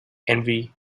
envy